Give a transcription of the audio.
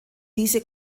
diese